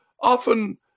often